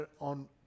on